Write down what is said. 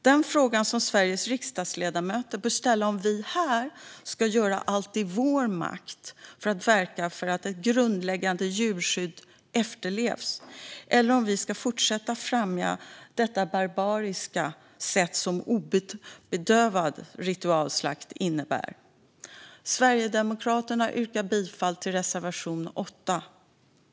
Den fråga som Sveriges riksdagsledamöter bör ställa sig är om vi här ska göra allt i vår makt för att verka för att ett grundläggande djurskydd efterlevs eller om vi ska fortsätta att främja detta barbariska sätt som obedövad ritualslakt innebär. Jag yrkar bifall till Sverigedemokraternas reservation 8.